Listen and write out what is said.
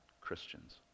Christians